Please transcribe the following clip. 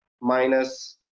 minus